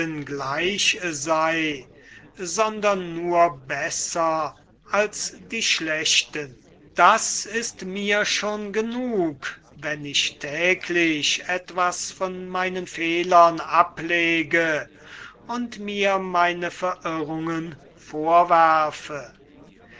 gleich sei sondern besser als die schlechten das ist mir genug wenn ich täglich etwas von meinen fehlern ablege und mir meine verirrungen vorwerfe